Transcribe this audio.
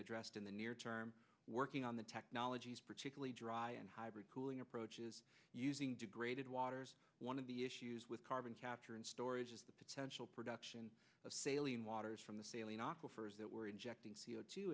addressed in the near term working on the technologies particularly dry and hybrid cooling approaches using degraded waters one of the issues with carbon capture and storage is the potential production of sailing waters from the sailing offers that were injecting c o two